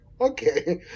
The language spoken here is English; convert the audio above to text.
Okay